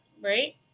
right